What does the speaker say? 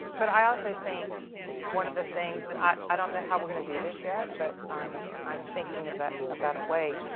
but i also think one of the things that, i don't know how we're going to do this yet, but i'm, i'm thinking about about way.